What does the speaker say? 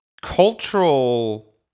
cultural